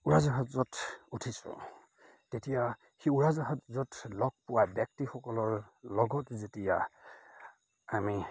উৰাজাহাজত উঠিছোঁ তেতিয়া সেই উৰাজাহাজত লগ পোৱা ব্যক্তিসকলৰ লগত যেতিয়া আমি